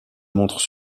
montrent